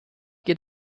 geht